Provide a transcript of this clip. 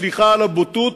סליחה על הבוטות,